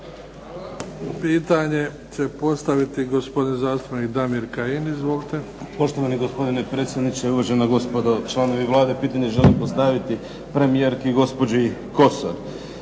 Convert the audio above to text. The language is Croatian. Pitanje će postaviti gospodin zastupnik Damir Kajin. Izvolite. **Kajin, Damir (IDS)** Poštovani gospodine predsjedniče, uvažena gospodo članovi Vlade. Pitanje želim postaviti premijerki gospođi Kosor.